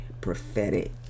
prophetic